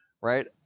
right